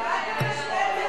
יש הבדל בין הצעה לבין,